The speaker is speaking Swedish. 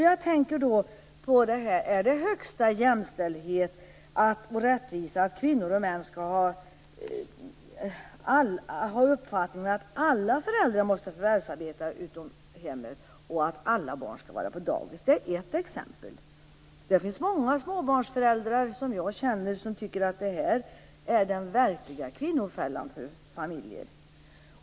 Jag tänker då på om det är högsta jämställdhet och rättvisa att kvinnor och män skall ha den uppfattningen att alla föräldrar måste förvärvsarbeta utanför hemmet och att alla barn skall vara dagis. Det är ett exempel. Det finns många småbarnsföräldrar som jag känner som tycker att detta är den verkliga kvinnofällan för familjer.